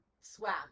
swam